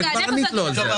כבר ענית לו על זה.